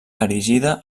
erigida